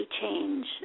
change